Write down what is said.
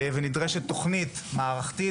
ונדרשת תוכנית מערכתית,